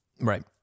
Right